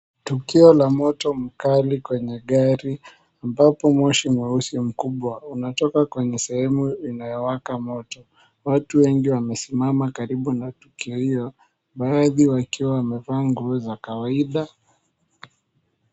Tukio la moto mkali kwenye gari, ambapo moshi mweusi mkubwa unatoka kwenye sehemu inayowaka moto. Watu wengi wamesimama karibu na tukio hiyo baadhi wakiwa wamevaa nguo za kawaida.